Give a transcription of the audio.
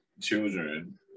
children